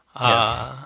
yes